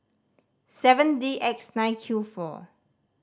seven D X nine Q four